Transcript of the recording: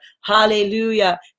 Hallelujah